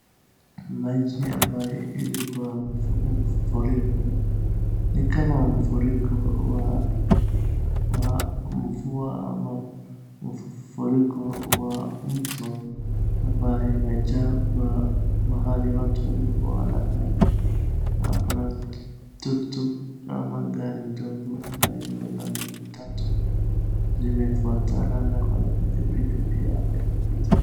Maji ambayo ilikuwa mafuriko, ni kama mafuriko ya mvua ama mafuriko ya mto ambayo imechapa mahali watu walikuwa wanakaa, na kuna tuktuki na magari ndogo ambayo iko na miguu tatu na kuna pikipiki hapo pia imepita.